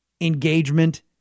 engagement